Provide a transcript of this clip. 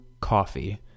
coffee